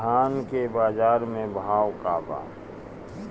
धान के बजार में भाव का बा